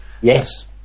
yes